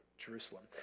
Jerusalem